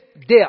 death